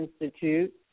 Institute